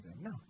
No